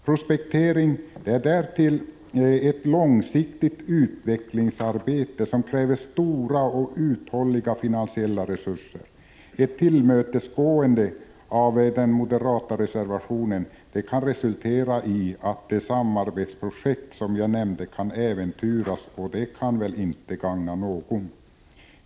Prospektering är därtill ett långsiktigt utvecklingsarbete, som kräver stora och uthålliga finansiella resurser. Ett tillmötesgående av den moderata reservationen kan resultera i att det samarbetsprojekt som jag nämnde kan äventyras, och det kan väl inte gagna någon.